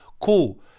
Cool